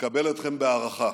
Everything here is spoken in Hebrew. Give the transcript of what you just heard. נקבל אתכם בהערכה.